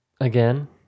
again